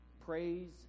Praise